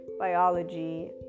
biology